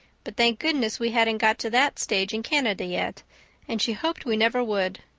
but thank goodness we hadn't got to that stage in canada yet and she hoped we never would.